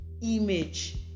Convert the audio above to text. image